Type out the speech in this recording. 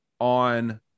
on